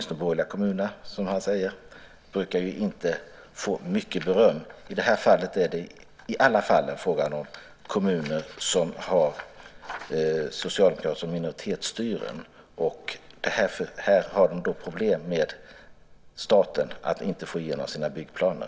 De borgerliga kommunerna brukar ju inte få mycket beröm av statsrådet. I det här fallet är det fråga om kommuner som har socialdemokratiska minoritetsstyren, och de har då problem med staten. De får inte igenom sina byggplaner.